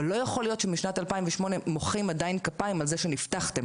אבל לא יכול להיות שבשנת 2008 מוחאים עדיין כפיים על זה שנפתחתם.